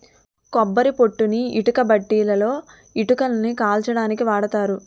కొబ్బరి పొట్టుని ఇటుకబట్టీలలో ఇటుకలని కాల్చడానికి వాడతారు